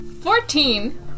Fourteen